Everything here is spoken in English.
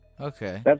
Okay